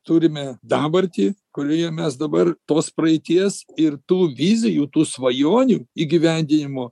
turime dabartį kurioje mes dabar tos praeities ir tų vizijų tų svajonių įgyvendinimo